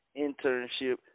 internship